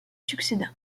succéda